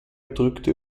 drückte